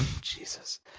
Jesus